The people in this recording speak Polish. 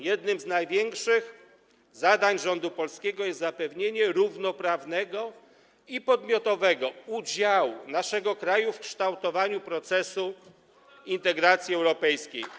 Jednym z największych zadań polskiego rządu jest zapewnienie równoprawnego i podmiotowego udziału naszego kraju w kształtowaniu procesu integracji europejskiej.